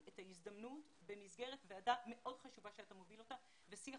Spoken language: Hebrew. את ההזדמנות במסגרת ועדה מאוד חשובה שאתה מוביל אותה ושיח